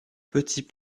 petit